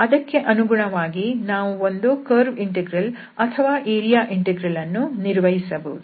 ಅದಕ್ಕೆ ಅನುಗುಣವಾಗಿ ನಾವು ಒಂದೋ ಕರ್ವ್ ಇಂಟೆಗ್ರಲ್ ಅಥವಾ ಏರಿಯಾ ಇಂಟೆಗ್ರಲ್ ಅನ್ನು ನಿರ್ವಹಿಸಬಹುದು